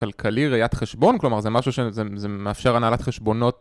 כלכלי ראיית חשבון כלומר זה משהו שזה מאפשר הנהלת חשבונות